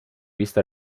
vista